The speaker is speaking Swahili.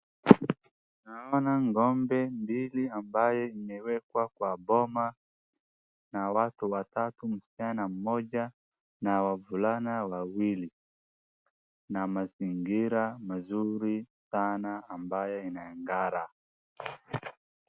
Naona ng'ombe mbili ambayo imewekwa kwa boma na watu watatu tena mmoja na wavulana wawili na mazingira mazuri sana ambayo inangara.